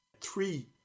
three